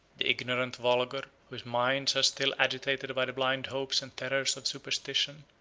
the ignorant vulgar, whose minds are still agitated by the blind hopes and terrors of superstition,